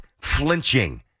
flinching